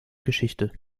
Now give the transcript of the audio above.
geschichte